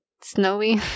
snowy